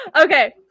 Okay